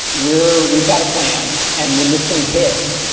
we're we've got a plan. and when this thing hits,